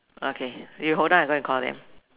okay you hold on I go and call them